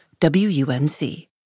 WUNC